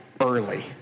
early